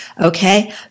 Okay